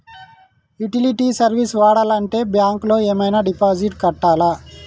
Utility service వాడాలంటే bank లో ఏమైనా డిపాజిట్ కట్టాలా?